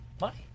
money